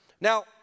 Now